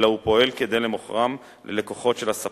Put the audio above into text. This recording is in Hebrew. אלא הוא פועל כדי למוכרם ללקוחות של הספק,